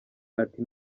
ati